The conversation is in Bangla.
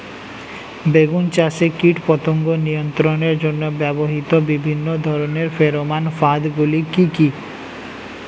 বেগুন চাষে কীটপতঙ্গ নিয়ন্ত্রণের জন্য ব্যবহৃত বিভিন্ন ধরনের ফেরোমান ফাঁদ গুলি কি কি?